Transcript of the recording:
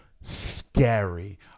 scary